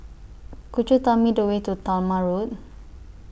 Could YOU Tell Me The Way to Talma Road